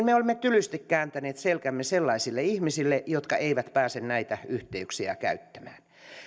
me olemme tylysti kääntäneet selkämme sellaisille ihmisille jotka eivät pääse näitä yhteyksiä käyttämään